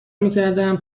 میکردم